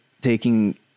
taking